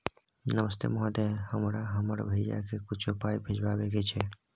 नमस्ते महोदय, हमरा हमर भैया के कुछो पाई भिजवावे के छै?